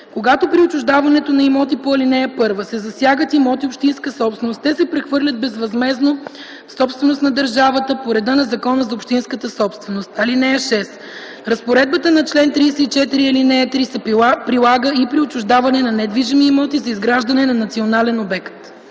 Когато при отчуждаването на имоти по ал. 1 се засягат имоти - общинска собственост, те се прехвърлят безвъзмездно в собственост на държавата по реда на Закона за общинската собственост. (6) Разпоредбата на чл. 34, ал. 3 се прилага и при отчуждаване на недвижими имоти за изграждане на национален обект.”